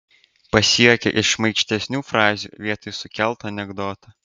pasijuokia iš šmaikštesnių frazių vietoj suskelto anekdoto